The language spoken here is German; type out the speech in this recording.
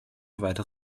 weite